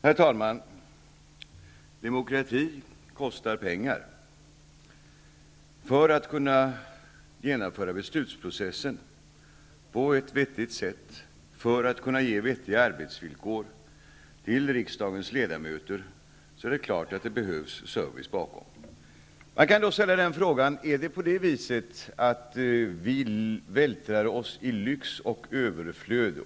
Herr talman! Demokrati kostar pengar. För att kunna genomföra beslutsprocessen på ett vettigt sätt och för att kunna ge vettiga arbetsvillkor till riksdagens ledamöter är det klart att det behövs service bakom. Då kan man ställa frågan om vi vältrar oss i lyx och överflöd.